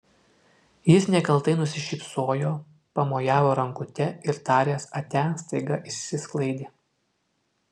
jis nekaltai nusišypsojo pamojavo rankute ir taręs atia staiga išsisklaidė